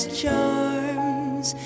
charms